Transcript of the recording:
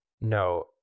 No